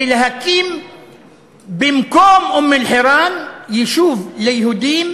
ולהקים במקום אום-אלחיראן יישוב ליהודים,